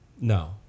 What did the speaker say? No